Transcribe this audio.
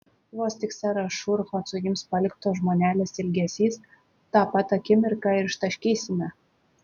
vos tik serą šurfą suims paliktos žmonelės ilgesys tą pat akimirką ir ištaškysime